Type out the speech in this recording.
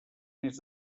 més